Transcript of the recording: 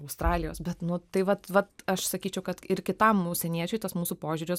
australijos bet nu tai vat vat aš sakyčiau kad ir kitam užsieniečiui tas mūsų požiūris